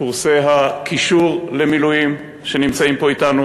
קורסי הקישור למילואים שנמצאים פה אתנו,